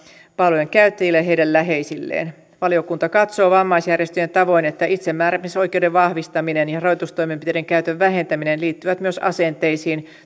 palvelujen käyttäjille ja heidän läheisilleen valiokunta katsoo vammaisjärjestöjen tavoin että itsemääräämisoikeuden vahvistaminen ja rajoitustoimenpiteiden käytön vähentäminen liittyvät myös asenteisiin